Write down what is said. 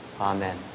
Amen